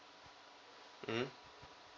mm